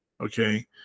Okay